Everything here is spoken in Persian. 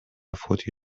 فوتی